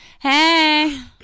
Hey